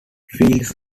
fields